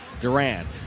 Durant